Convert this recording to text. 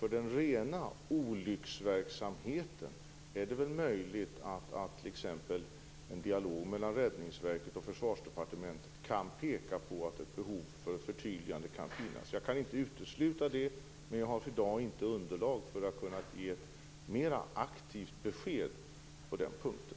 För den rena olycksverksamheten är det t.ex. möjligt att en dialog mellan Räddningsverket och Försvarsdepartementet skulle visa att ett behov av förtydligande finns. Jag kan inte utesluta det, men jag har för dagen inte underlag för att kunna ge ett mera aktivt besked på den punkten.